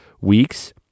weeks